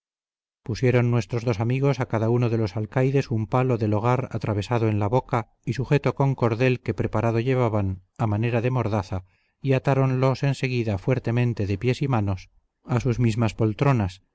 pusieron nuestros dos amigos a cada uno de los alcaides un palo del hogar atravesado en la boca y sujeto con cordel que preparado llevaban a manera de mordaza y atáronlos en seguida fuertemente de pies y manos a sus mismas poltronas